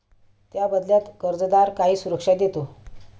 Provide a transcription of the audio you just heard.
त्या बदल्यात कर्जदार काही सुरक्षा देतो